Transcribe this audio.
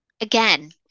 again